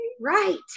Right